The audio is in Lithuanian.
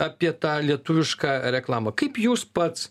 apie tą lietuvišką reklamą kaip jūs pats